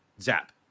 zap